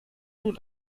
nun